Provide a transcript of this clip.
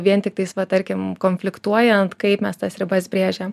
vien tiktais va tarkim konfliktuojant kaip mes tas ribas brėžiam